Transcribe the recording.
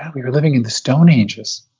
we were living in the stone ages.